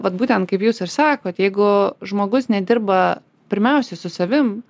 vat būtent kaip jūs ir sakot jeigu žmogus nedirba pirmiausiai su savim